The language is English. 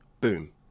boom